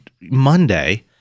Monday